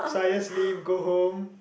so I just leave go home